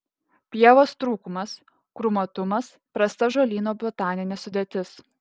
pievos trūkumas krūmuotumas prasta žolyno botaninė sudėtis